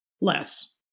less